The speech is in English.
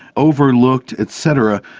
overlooked et cetera.